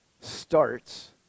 starts